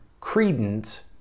credence